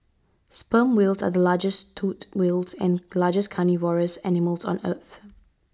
sperm whales are the largest toothed whales and largest carnivorous animals on earth